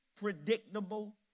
predictable